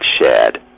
shared